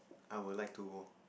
I will like to go